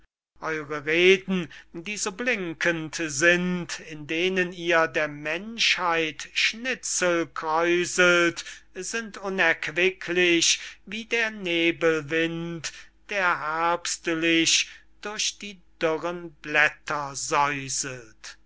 reden die so blinkend sind in denen ihr der menschheit schnitzel kräuselt sind unerquicklich wie der nebelwind der herbstlich durch die dürren blätter